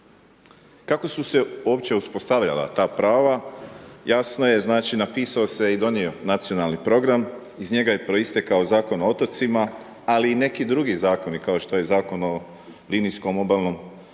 Kako su se uopće uspostavljala ta prava, jasno je znači, napisao i donio Nacionalni program, iz njega je proistekao Zakon o otocima, ali i neki drugi zakoni, kao što Zakon o linijskom obalnom